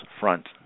Front